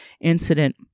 incident